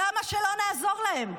למה שלא נעזור להם?